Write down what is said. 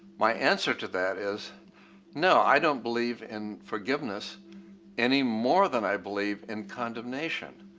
my answer to that is no, i don't believe in forgiveness anymore than i believe in condemnation.